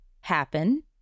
happen